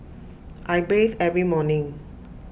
I bathe every morning